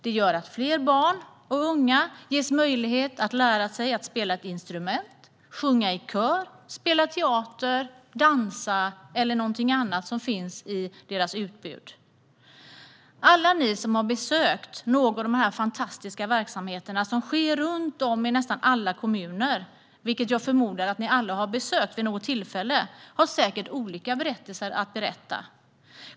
Det gör att fler barn och unga ges möjlighet att lära sig spela ett instrument, sjunga i kör, spela teater, dansa eller något annat som finns i kulturskolans utbud. De som har besökt någon av dessa fantastiska verksamheter som finns i nästan alla kommuner, vilket jag förmodar att ni alla har gjort, har säkert olika berättelser att berätta.